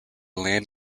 land